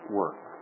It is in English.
work